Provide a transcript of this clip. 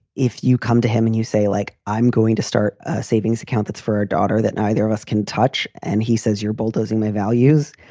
if you come to him and you say, like, i'm going to start a savings account, that's for our daughter that neither of us can touch. and he says, you're bulldozing my values,